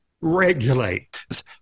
regulate